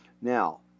Now